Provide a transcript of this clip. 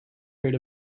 heard